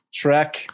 Shrek